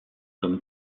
comme